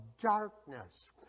darkness